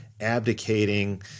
abdicating